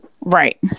Right